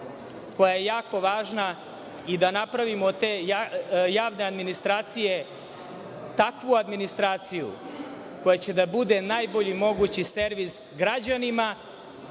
koja je jako važna i da napravimo od te javne administracije takvu administraciju koja će da bude najbolji mogući servis građanima,